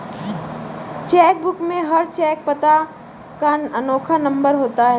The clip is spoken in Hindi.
चेक बुक में हर चेक पता का अनोखा नंबर होता है